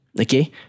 okay